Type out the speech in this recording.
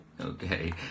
okay